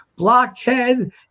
Blockhead